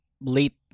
late